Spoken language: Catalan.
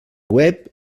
web